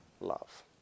love